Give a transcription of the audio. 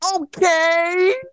okay